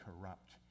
corrupt